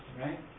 right